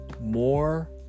more